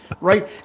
right